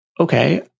okay